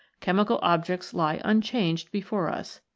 chemical objects lie unchanged before us,